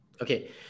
Okay